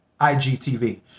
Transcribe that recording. IGTV